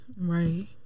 right